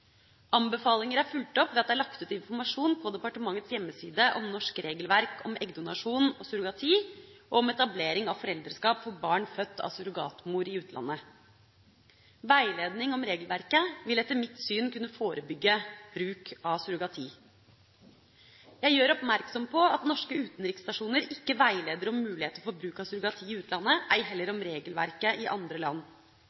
er fulgt opp ved at det er lagt ut informasjon på departementets hjemmeside om norsk regelverk for eggdonasjon/surrogati og om etablering av foreldreskap for barn født av surrogatmor i utlandet. Veiledning om regelverket vil etter mitt syn kunne forebygge bruk av surrogati. Jeg gjør oppmerksom på at norske utenriksstasjoner ikke veileder om muligheter for bruk av surrogati i utlandet, ei heller